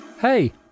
Hey